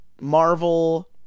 Marvel